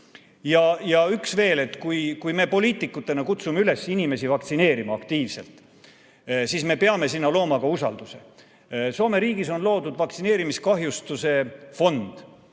Ja üks asi veel. Kui me poliitikutena kutsume üles inimesi vaktsineerima aktiivselt, siis me peame looma ka usalduse. Soome riigis on loodud vaktsineerimiskahjustuste fond.